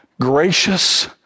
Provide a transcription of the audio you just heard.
gracious